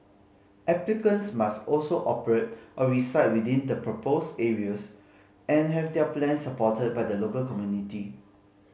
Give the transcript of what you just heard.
applicants must also operate or reside within the proposed areas and have their plans supported by the local community